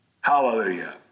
Hallelujah